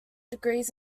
degrees